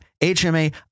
HMA